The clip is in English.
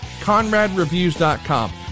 ConradReviews.com